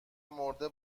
مرده